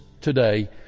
today